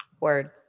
Word